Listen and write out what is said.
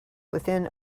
within